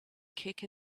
kick